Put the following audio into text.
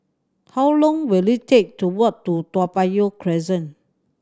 how long will it take to walk to Toa Payoh Crest